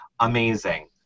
amazing